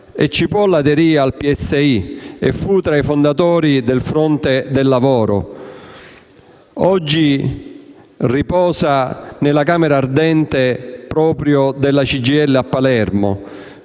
e Cipolla aderì al PSI e fu tra i fondatori del Fronte del lavoro. Oggi riposa proprio nella camera ardente della CGIL di Palermo,